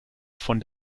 von